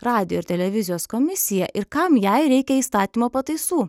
radijo ir televizijos komisija ir kam jai reikia įstatymo pataisų